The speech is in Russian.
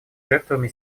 жертвами